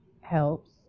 helps